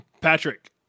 Patrick